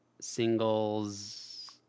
Singles